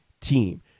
team